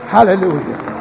Hallelujah